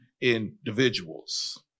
individuals